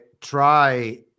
try